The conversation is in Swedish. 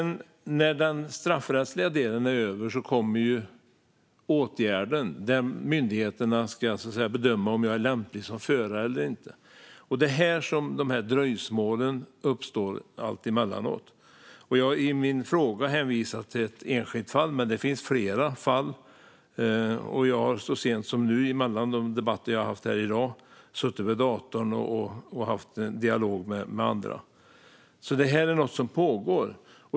När sedan den straffrättsliga delen är över kommer åtgärden, där myndigheten ska bedöma om man är lämplig som förare eller inte. Det är här som det emellanåt uppstår dröjsmål. I min interpellation hänvisade jag till ett enskilt fall. Det finns många andra sådana fall, och jag har så sent som i dag, mellan de debatter jag har haft här, suttit vid datorn och haft en dialog med andra. Detta är alltså något som pågår.